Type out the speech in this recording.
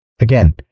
again